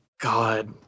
God